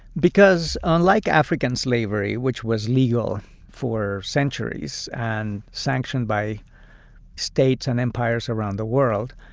because unlike african slavery, which was legal for centuries and sanctioned by states and empires around the world,